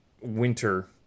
winter